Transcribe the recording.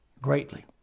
greatly